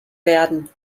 werden